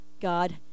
God